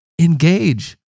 engage